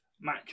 match